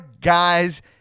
guys